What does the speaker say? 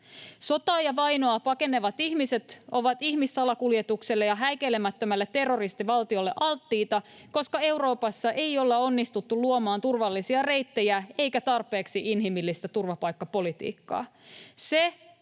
Sotaa ja vainoa pakenevat ihmiset ovat ihmissalakuljetukselle ja häikäilemättömälle terroristivaltiolle alttiita, koska Euroopassa ei olla onnistuttu luomaan turvallisia reittejä eikä tarpeeksi inhimillistä turvapaikkapolitiikkaa.